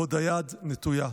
ועוד היד נטויה.